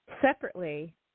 separately